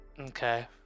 Okay